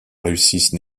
réussissent